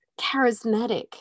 charismatic